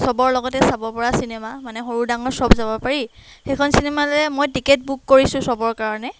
চবৰ লগতে চাবপৰা চিনেমা মানে সৰু ডাঙৰ চব যাব পাৰি সেইখন চিনেমালৈ মই টিকেট বুক কৰিছোঁ চবৰ কাৰণে